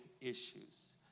issues